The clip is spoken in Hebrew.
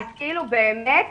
אז באמת